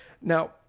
Now